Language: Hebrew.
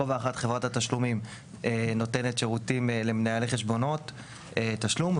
בכובע אחד חברת התשלומים נותנת שירותים למנהלי חשבונות תשלום,